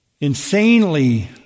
insanely